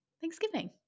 Thanksgiving